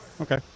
Okay